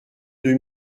deux